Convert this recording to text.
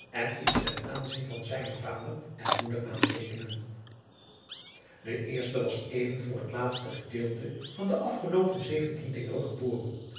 en iets ten aanzien van zijne vader en moeder aanteekenen de eerste was even voor het laatste gedeelte van de afgeloopen zeventiende eeuw geboren